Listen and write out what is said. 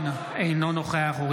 אינו נוכח אביחי אברהם בוארון,